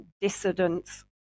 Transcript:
dissidents